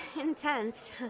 intense